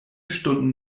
stunden